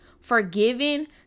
forgiven